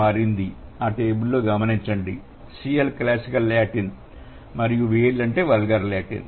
మారింది టేబుల్ చూడండి CL classical Latin అని మరియు VL అంటే వల్గర్ లాటిన్